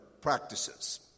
practices